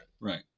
Right